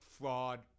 fraud